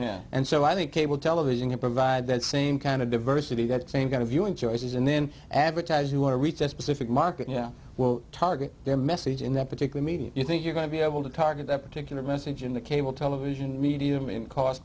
case and so i think cable television can provide that same kind of diversity that same kind of viewing choices and then advertise you want to reach a specific market yeah target their message in that particular medium you think you're going to be able to target that particular message in the cable television medium in cost